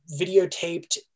videotaped